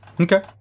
Okay